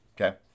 Okay